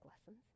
lessons